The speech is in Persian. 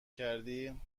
کردی